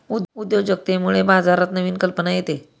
उद्योजकतेमुळे बाजारात नवीन कल्पना येते